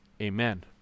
Amen